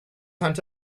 hunt